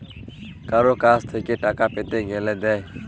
কারুর কাছ থেক্যে টাকা পেতে গ্যালে দেয়